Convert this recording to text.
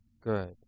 good